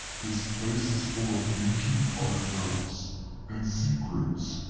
this place is full of ancient artifacts and secrets.